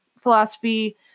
philosophy